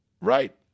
Right